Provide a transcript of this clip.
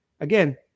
Again